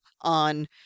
on